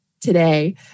today